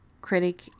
critic